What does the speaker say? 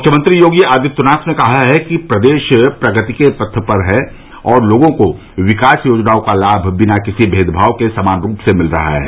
मुख्यमंत्री योगी आदित्यनाथ ने कहा है कि प्रदेश प्रगति के पथ पर है और लोगों को विकास योजनाओं का लाभ बिना किसी भेदभाव के समान रूप से मिल रहा है